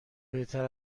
بهتر